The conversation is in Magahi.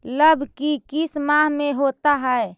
लव की किस माह में होता है?